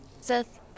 Seth